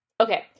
okay